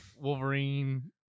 Wolverine